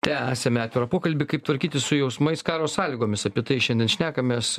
tęsiame atvirą pokalbį kaip tvarkytis su jausmais karo sąlygomis apie tai šiandien šnekamės